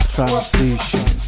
Transition